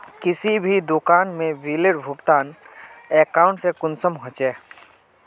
किसी भी दुकान में बिलेर भुगतान अकाउंट से कुंसम होचे?